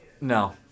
No